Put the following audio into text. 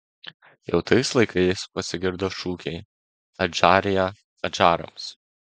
jau tais laikais pasigirdo šūkiai adžarija adžarams